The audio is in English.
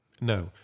No